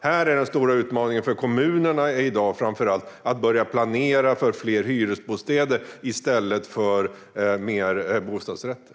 Här är den stora utmaningen för framför allt kommunerna att börja planera för fler hyresbostäder i stället för fler bostadsrätter.